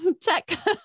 check